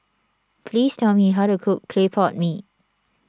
please tell me how to cook Clay Pot Mee